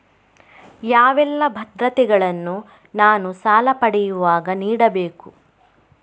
ಯಾವೆಲ್ಲ ಭದ್ರತೆಗಳನ್ನು ನಾನು ಸಾಲ ಪಡೆಯುವಾಗ ನೀಡಬೇಕು?